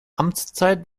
amtszeit